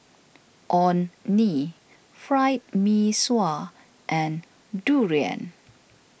Orh Nee Fried Mee Sua and Durian